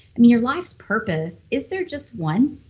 your life's purpose. is there just one,